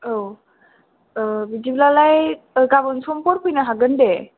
औ बिदिब्लालाय गाबोन समफोर फैनो हागोन दे